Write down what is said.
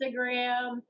Instagram